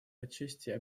отчасти